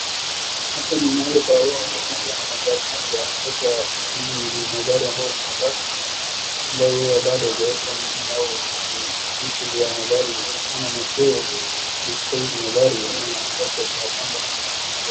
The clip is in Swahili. Hapo ni mahali pa huwa wanatengeneza na magari mapya sasa hizi ni magari ambayo ni ma basi ambayo huwa bado haijawekwa ingini yao vitu vya magari ama macheo ndio sasa hivi magari zinapangwa ama zinatengenezwa.